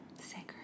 Sacred